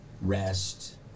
rest